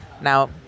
Now